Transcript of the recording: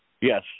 Yes